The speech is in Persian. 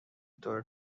طور